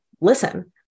listen